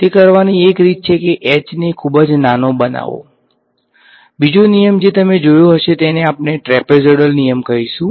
તે કરવાની એક રીત છે કે h ને ખૂબ જ નાનો બનાવો બીજો નિયમ જે તમે જોયો હશે તેને આપણે ટ્રેપેઝોઇડલ નિયમ કહીશું